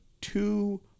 Two